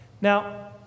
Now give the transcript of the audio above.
Now